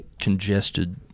congested